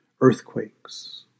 earthquakes